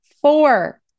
four